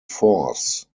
force